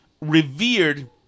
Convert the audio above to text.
Revered